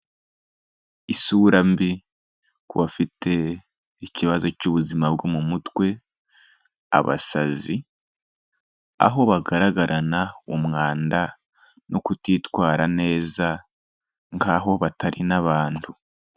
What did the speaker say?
Isura mbi ku bafite ikibazo cy'ubuzima bwo mu mutwe, abasazi, aho bagaragarana umwanda no kutitwara neza nk'aho batari n'abantu.